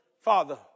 father